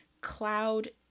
cloud